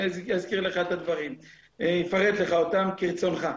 ואזכיר לך ואפרט לך את הדברים, כרצונך.